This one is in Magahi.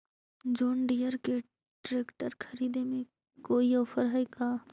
जोन डियर के ट्रेकटर खरिदे में कोई औफर है का?